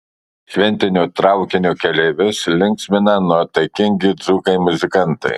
šventinio traukinio keleivius linksmina nuotaikingi dzūkai muzikantai